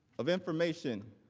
of information